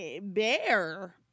bear